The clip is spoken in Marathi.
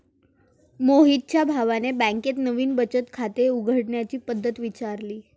मोहितच्या भावाने बँकेत नवीन बचत खाते उघडण्याची पद्धत विचारली